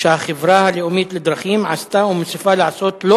שהחברה הלאומית לדרכים עשתה ומוסיפה לעשות לא